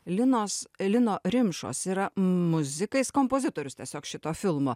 linos lino rimšos yra muzika jis kompozitorius tiesiog šito filmo